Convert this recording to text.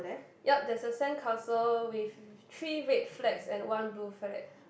yup there's a sandcastle with three red flags and one blue flag